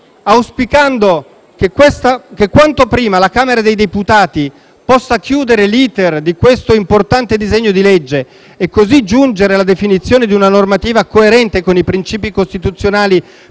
Auspicando che quanto prima la Camera dei deputati possa chiudere l'*iter* di questo importante disegno di legge e così giungere alla definizione di una normativa coerente con i principi costituzionali,